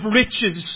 riches